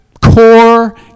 core